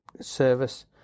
service